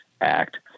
Act